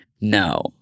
no